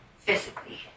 Physically